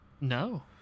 No